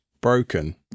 broken